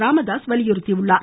ராமதாஸ் வலியுறுத்தியுள்ளார்